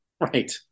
Right